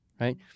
right